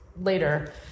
Later